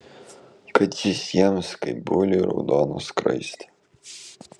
kad jis jiems kaip buliui raudona skraistė